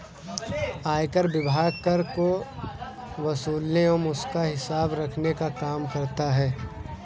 आयकर विभाग कर को वसूलने एवं उसका हिसाब रखने का काम करता है